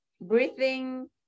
breathing